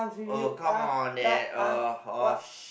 oh come on that uh oh sh~